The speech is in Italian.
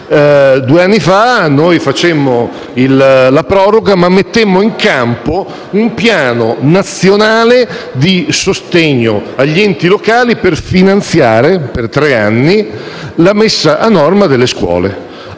Due anni fa noi disponemmo la proroga, ma mettemmo in campo un piano nazionale di sostegno agli enti locali per finanziare per tre anni la messa a norma delle scuole.